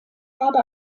habe